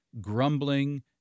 grumbling